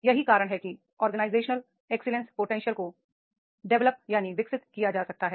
यही कारण है कि ऑर्गेनाइजेशन एक्सीलेंस पोटेंशियल को डेवलप किया जा सकता है